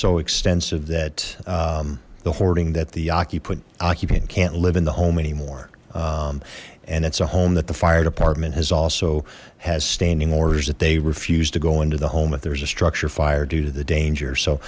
so extensive that the hoarding that the occiput occupant can't live in the home anymore and it's a home that the fire department has also has standing orders that they refuse to go into the home that there's a structure fire due to the danger so